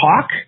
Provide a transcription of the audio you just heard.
talk